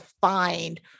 find